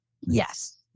Yes